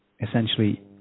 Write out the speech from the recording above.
essentially